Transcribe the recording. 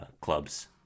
clubs